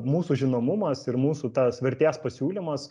mūsų žinomumas ir mūsų tas vertės pasiūlymas